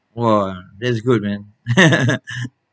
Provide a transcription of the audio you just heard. !wah! that is good man